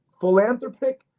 philanthropic